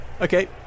okay